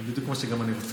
אם יהיו מחסומים,